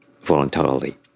voluntarily